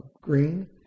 green